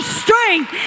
strength